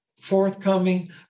forthcoming